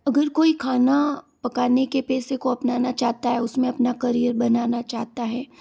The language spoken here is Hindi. अगर कोई खाना पकाने के पेशे को अपनाना चाहता है उसमें अपना करियर बनाना चाहता है